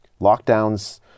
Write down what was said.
lockdowns